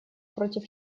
против